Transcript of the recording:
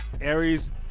Aries